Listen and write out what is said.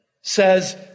says